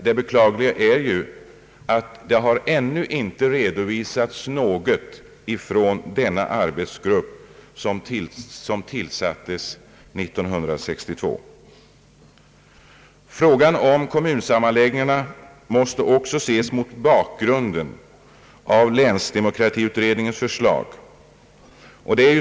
Det beklagliga är att något resultat ännu icke har redovisats av denna arbetsgrupp. Frågan om kommunsammanläggningen måste också ses mot bakgrunden av länsdemokratiutredningens förslag.